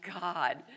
God